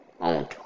On